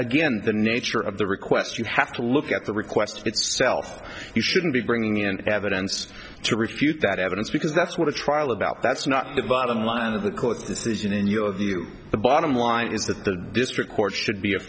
again the nature of the request you have to look at the request itself you shouldn't be bringing in evidence to refute that evidence because that's what a trial about that's not the bottom line of the cliff decision and the bottom line is that the district court should be a